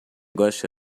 gosta